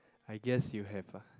I guess you have a